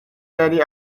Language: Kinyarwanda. yari